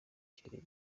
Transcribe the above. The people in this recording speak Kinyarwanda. kirere